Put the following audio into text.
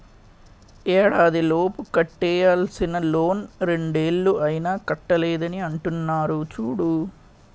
ఏడాదిలోపు కట్టేయాల్సిన లోన్ రెండేళ్ళు అయినా కట్టలేదని అంటున్నారు చూడు